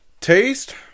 Taste